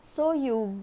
so you